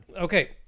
Okay